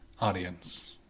Audience